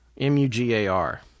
M-U-G-A-R